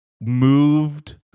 moved